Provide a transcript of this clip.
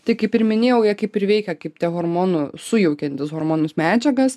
tai kaip ir minėjau jie kaip ir veikia kaip tie hormonų sujaukiantis hormonus medžiagas